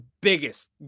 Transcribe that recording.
biggest